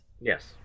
Yes